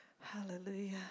Hallelujah